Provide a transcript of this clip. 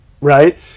right